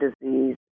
disease